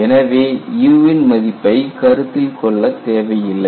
எனவே U இன் மதிப்பை கருத்தில் கொள்ளத் தேவையில்லை